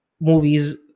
movies